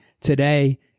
Today